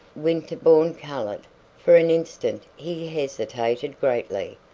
winterbourne colored for an instant he hesitated greatly.